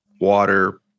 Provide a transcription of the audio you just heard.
water